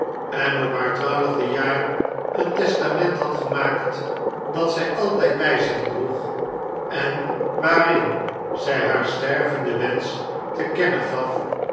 en op haar twaalfde jaar een testament had gemaakt dat zij altijd bij zich droeg en waarin zij haar stervenden wensch te kennen gaf